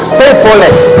faithfulness